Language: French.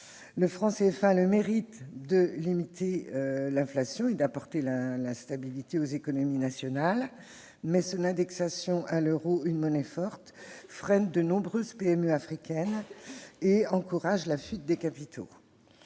Le franc CFA a le mérite de limiter l'inflation et d'apporter de la stabilité aux économies nationales, mais son indexation sur l'euro, une monnaie forte, freine de nombreuses PME africaines et encourage la fuite des capitaux.